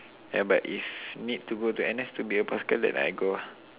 yeah but if need to go to N_S to be a paskal then I go